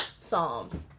Psalms